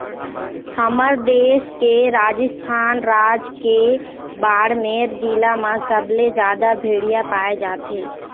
हमर देश के राजस्थान राज के बाड़मेर जिला म सबले जादा भेड़िया पाए जाथे